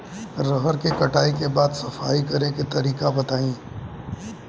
रहर के कटाई के बाद सफाई करेके तरीका बताइ?